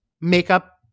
makeup